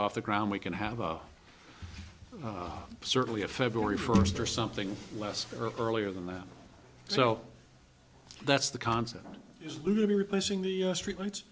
off the ground we can have certainly a february first or something less earlier than that so that's the concept is replacing the streetlights